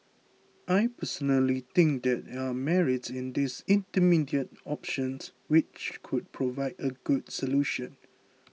I personally think there are merits in these intermediate options which could provide a good solution